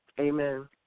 Amen